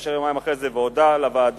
התקשר יומיים אחרי זה והודה לוועדה